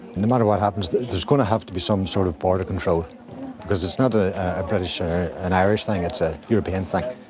no matter what happens there is going to have to be some sort of border control because it's not ah a british or an irish thing, it's a european thing.